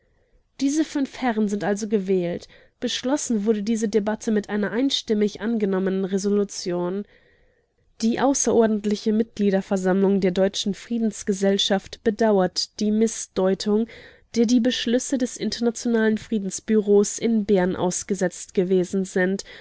diese fünf herren sind also gewählt beschlossen wurde diese debatte mit einer einstimmig angenommenen resolution die außerordentliche mitgliederversammlung der deutschen friedensgesellschaft bedauert die mißdeutung der die beschlüsse des internationalen friedensbureaus in bern ausgesetzt gewesen sind